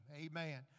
Amen